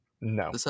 No